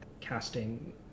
casting